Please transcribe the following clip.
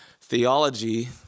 Theology